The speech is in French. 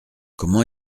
comment